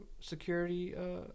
security